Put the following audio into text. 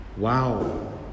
Wow